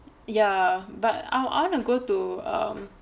ya but I want to go to um